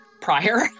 prior